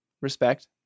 Respect